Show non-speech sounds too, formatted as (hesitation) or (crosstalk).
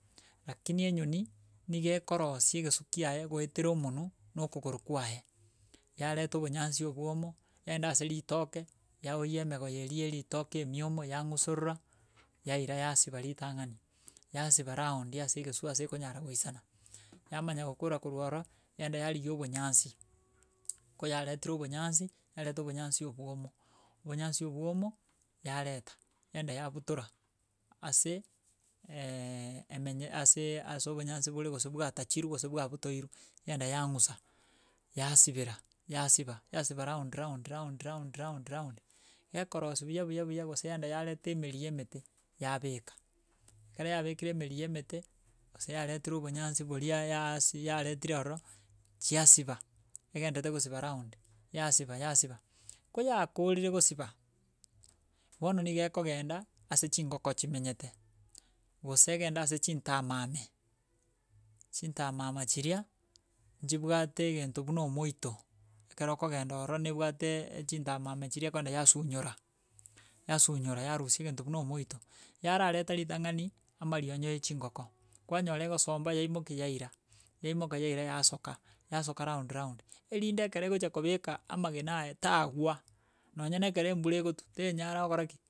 Rakini enyoni niga ekeorosia egesu kiaye goetera omonwe nokogoro kwaye, yareta obonyansi obwomo, yaenda ase ritoke yaoiya emegoye eria ya eritoke emiomo yang'usorora yaira yasiba ritang'ani, yasiba roundi ase egesu ase ekonyara goisana yamanya gokora kworwa ororo yaenda yarigia obonyansi koyaretire obonyansi yareta obonyansi obwomo, obonyansi obwomo yareta yaenda yabutora ase (hesitation) emenye aseee ase obonyansi bore gose bwatachirwe gose bwabutoirwe, yaenda yang'usa, yasibera yasiba yasiba round round round round round round. Gekorosia buya buya buya gose yaenda yarete emeri ya emete, yabeka, ekero yabekire emeri ya emete, gose yaretire obonyansi boria yaaa si yaretire ororo, chiasiba egenderete gosiba round yasiba yasiba. Koyakorire gosiba bono niga ekogenda ase chingoko chimenyete, gose egende ase chintamame, chintamama chiria nchibwate egento buna omoito, ekero okogenda ororo nebwate echintamama chiria ekoenda yasunyora, yasunyora yarusia egento buna omoito, yarareta ritang'ani, amarionyo ya echingoko. Kwanyora egosomba yaimokia yaira, yaimoka yaira yasoka yasoka round round, erinde ekera egocha kobeka amagena aye tagwa nonya na ekero embura egotwa, tenyara gokora ki.